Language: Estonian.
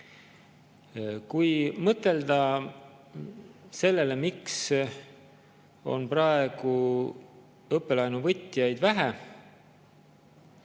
Kui mõtelda sellele, miks on praegu õppelaenu võtjaid vähe,